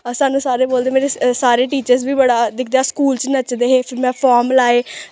साह्नू सारे बोलदे मतलव सारे टीचर बी जिसलै अस स्कूल च नचदे हे फिर में फार्म लाए